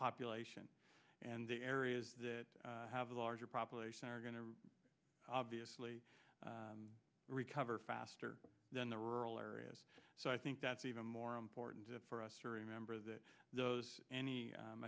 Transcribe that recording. population and the areas that have a larger population are going to obviously recover faster than the rural areas so i think that's even more important for us to remember that those any